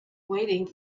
waiting